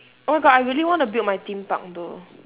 oh my god I really want to build my theme park though